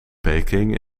peking